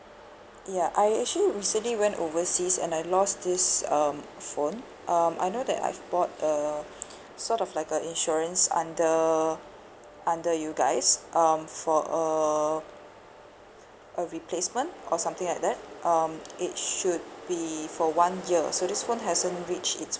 ya I actually recently went overseas and I lost this um phone um I know that I've bought a sort of like a insurance under under you guys um for a a replacement or something like that um it should be for one year so this phone hasn't reach its